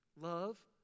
Love